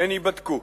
הן ייבדקו.